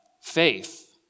faith